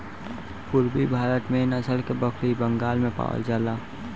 पूरबी भारत में एह नसल के बकरी बंगाल में पावल जाला